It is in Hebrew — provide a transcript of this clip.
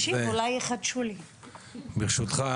ברשותך,